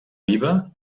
viva